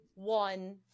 one